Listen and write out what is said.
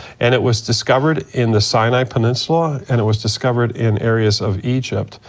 and it was discovered in the sinai peninsula and it was discovered in areas of egypt,